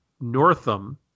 Northam